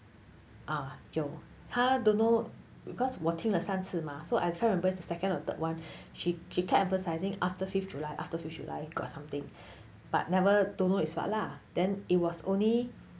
ah 有他 don't know because 我听了三次吗 so I can't remember the second or third one she she kept emphasising after fifth july after fifth july got something but never don't know is what lah then it was only